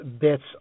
bits